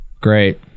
Great